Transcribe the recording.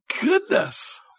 goodness